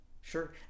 sure